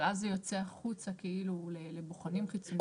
אבל אז זה יוצא החוצה כאילו לבוחנים חיצוניים.